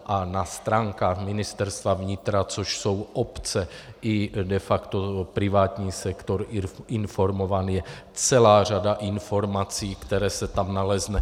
A na stránkách Ministerstva vnitra, což jsou obce i de facto privátní sektor informován, je celá řada informací, které se tam naleznou.